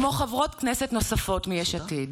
כמו חברות כנסת נוספות מיש עתיד,